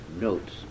notes